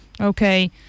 Okay